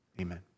Amen